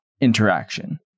interaction